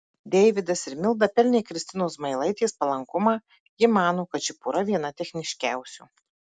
deividas ir milda pelnė kristinos zmailaitės palankumą ji mano kad ši pora viena techniškiausių